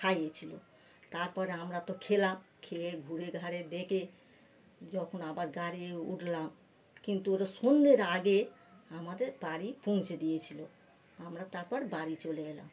খাইয়েছিল তারপর আমরা তো খেলাম খেয়ে ঘুরে ঘারে দেখে যখন আবার গাড়িয়ে উঠলাম কিন্তু ওরা সন্ধ্যের আগে আমাদের বাড়ি পৌঁছে দিয়েছিল আমরা তারপর বাড়ি চলে এলাম